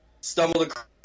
stumbled